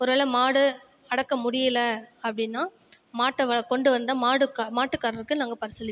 ஒருவேளை மாடு அடக்க முடியலை அப்படின்னா மாட்டை கொண்டு வந்த மாடுக்கு மாட்டுக்காரருக்கு நாங்கள் பரிசளிப்போம்